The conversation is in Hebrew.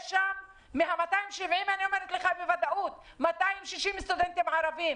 יש שם מה-270, 260 סטודנטים ערבים בוודאות.